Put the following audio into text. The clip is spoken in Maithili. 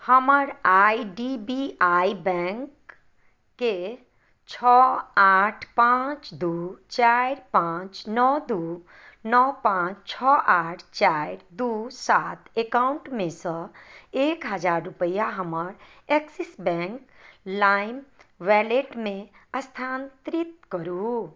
हमर आइ डी बी आइ बैंकके छओ आठ पांच दू चारि पांच नओ दू नओ पाॅंच छओ आठ चारि दू सात एकाउंट मे सॅं एक हज़ार रुपैआ हमर एक्सिस बैंक लाइम वैलेट मे स्थानांतरित करू